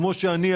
כמו שאני,